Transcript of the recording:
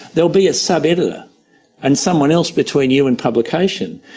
there'll be a sub-editor and someone else between you and publication.